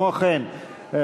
כמו כן,